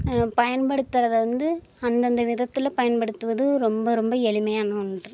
பயன்படுத்துறதை வந்து அந்தந்த விதத்தில் பயன்படுத்துவது ரொம்ப ரொம்ப எளிமையான ஒன்று